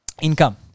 income